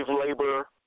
labor